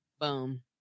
Boom